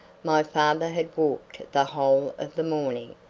my father had walked the whole of the morning,